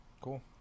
Cool